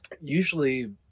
usually